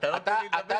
אתה לא נותן לי לדבר.